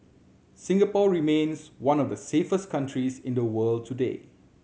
Singapore remains one of the safest countries in the world today